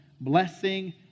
Blessing